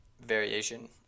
variation